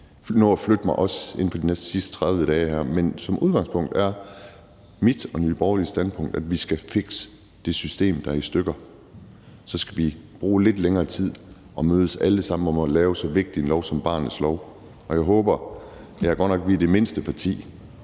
nå at flytte mig, også inden for de næste, sidste 30 dage her – at vi skal fikse det system, der er i stykker. Så skal vi bruge lidt længere tid og mødes alle sammen om at lave så vigtig en lov som barnets lov, og jeg håber – vi er godt nok det mindste parti;